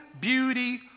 beauty